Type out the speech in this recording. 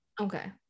Okay